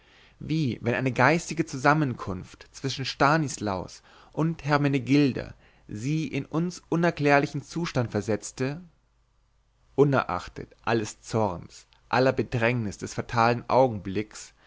wie wenn eine geistige zusammenkunft zwischen stanislaus und hermenegilda sie in den uns unerklärlichen zustand versetzte unerachtet alles zorns aller bedrängnis des fatalen augenblicks